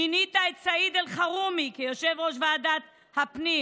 מינית את סעיד אלחרומי ליושב-ראש ועדת הפנים